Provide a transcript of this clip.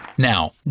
Now